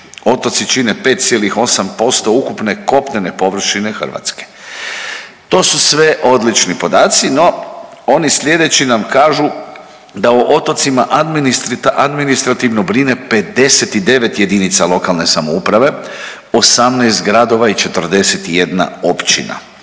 Otoci čine 5,8% ukupne kopnene površine Hrvatske. To su sve odlični podaci, no oni slijedeći nam kažu da o otocima administrativno brije 59 jedinica lokalne samouprave, 18 gradova i 41 općina.